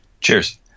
Cheers